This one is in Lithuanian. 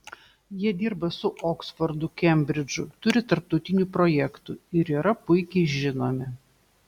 jie dirba su oksfordu kembridžu turi tarptautinių projektų ir yra puikiai žinomi